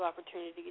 opportunities